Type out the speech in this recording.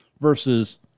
versus